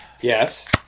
Yes